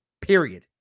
period